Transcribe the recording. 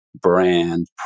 brand